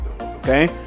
Okay